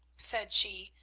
said she,